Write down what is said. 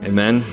Amen